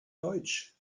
deutsch